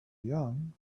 young